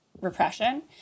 repression